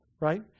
right